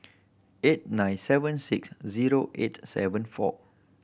eight nine seven six zero eight seven four